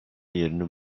yerini